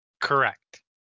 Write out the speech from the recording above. Correct